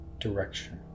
Direction